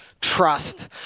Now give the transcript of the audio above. trust